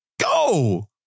go